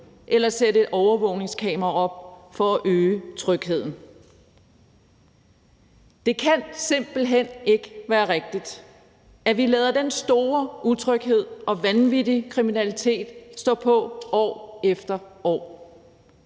eller sætte et overvågningskamera op for at øge trygheden. Det kan simpelt hen ikke være rigtigt, at vi lader den store utryghed og vanvittige kriminalitet stå på år efter år.